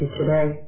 today